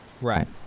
right